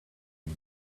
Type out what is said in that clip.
and